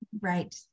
Right